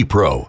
Pro